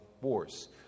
wars